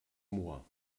moor